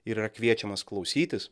ir yra kviečiamas klausytis